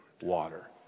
water